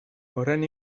horren